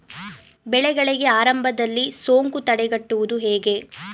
ಬೆಳೆಗಳಿಗೆ ಆರಂಭದಲ್ಲಿ ಸೋಂಕು ತಡೆಗಟ್ಟುವುದು ಹೇಗೆ?